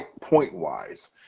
Point-wise